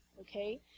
Okay